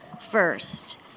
first